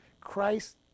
Christ